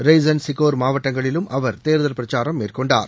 ரெய்சன் சிகோர் மாவட்டங்களிலும் அவர் தேர்தல் பிரச்சாரம் மேற்கொண்டார்